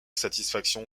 satisfaction